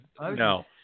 No